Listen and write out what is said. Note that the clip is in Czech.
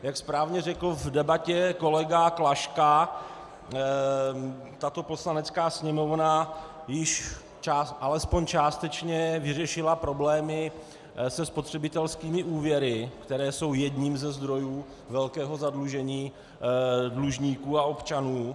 Jak správně řekl v debatě kolega Klaška, tato Poslanecká sněmovna již alespoň částečně vyřešila problémy se spotřebitelskými úvěry, které jsou jedním ze zdrojů velkého zadlužení dlužníků a občanů.